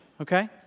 okay